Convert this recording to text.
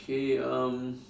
okay um